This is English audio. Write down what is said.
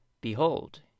Behold